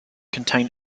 contain